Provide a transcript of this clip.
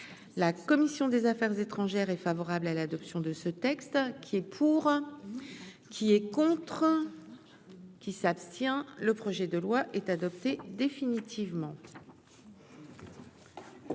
la commission des Affaires étrangères est favorable à l'adoption de ce texte qui est pour, qui est contre qui s'abstient le projet de loi est adopté définitivement.